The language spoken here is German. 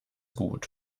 gut